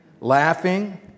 laughing